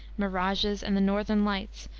mirages, and the northern lights,